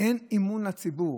אין אמון לציבור.